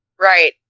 Right